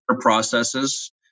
processes